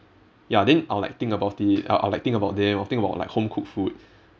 ya then I'll like think about it I'll I'll like think about them I'll think about like home cooked food